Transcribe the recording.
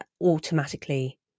automatically